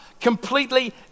completely